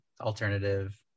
alternative